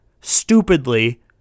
stupidly